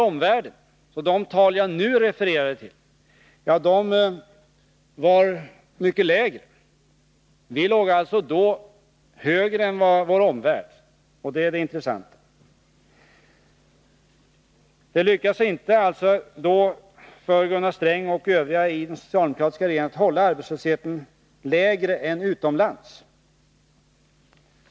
Arbetslöshetstalen var mycket lägre i jämförbara länder, medan Sverige — och det är det intressanta — då nära nog ensamt hade större arbetslöshet. Det lyckades alltså inte då för Gunnar Sträng och övriga ledamöter i den socialdemokratiska regeringen att hålla arbetslösheten lägre än vad den var utomlands.